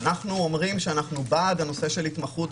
אנחנו בעד הנושא של ההתמחות,